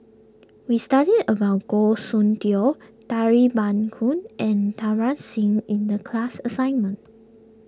we studied about Goh Soon Tioe dairy ban and Singh in the class assignment